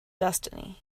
destiny